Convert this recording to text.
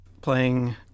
playing